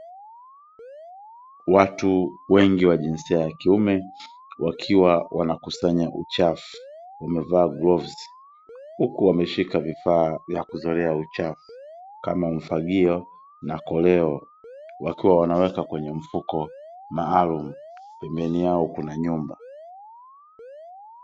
Watu wengi wa jinsia ya kiume wakiwa wanakusanya uchafu. Wamevaa glovzi huku wameshika vifaa vya kuzolea uchafu kama: mfagio na koleo, wakiwa wanaweka kwenye mfuko maalum. Pembeni yao kuna nyumba.